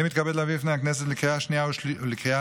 אני מתכוון להביא בפני הכנסת לקריאה השנייה ולקריאה